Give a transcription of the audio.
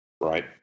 right